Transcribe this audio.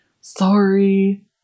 Sorry